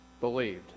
believed